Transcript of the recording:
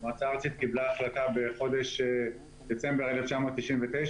המועצה הארצית קיבלה החלטה בדצמבר 1999,